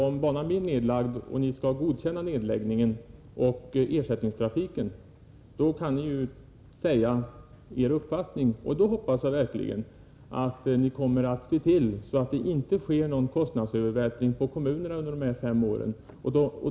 Om banan skall läggas ned och regeringen skall godkänna nedläggningen och ersättningstrafiken, kan ni ju uttrycka er uppfattning. Jag hoppas verkligen att ni då ser till att det inte sker någon kostnadsövervältring på kommunerna under dessa fem år.